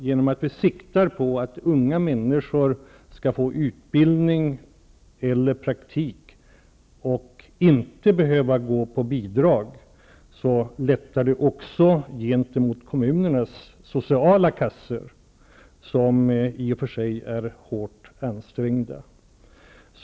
Genom att vi siktar på att unga människor skall få utbildning eller praktik -- de skall inte behöva vara beroende av bidrag -- lättar det också gentemot kommunernas sociala kassor, som i och för sig är hårt ansträngda.